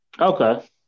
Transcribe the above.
Okay